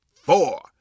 four